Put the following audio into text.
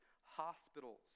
hospitals